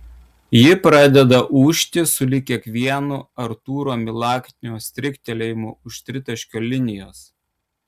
ji pradeda ūžti sulig kiekvienu artūro milaknio striktelėjimu už tritaškio linijos